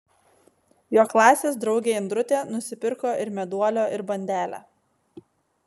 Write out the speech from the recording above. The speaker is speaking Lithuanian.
jo klasės draugė indrutė nusipirko ir meduolio ir bandelę